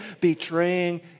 betraying